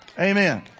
Amen